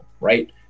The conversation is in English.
right